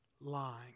lying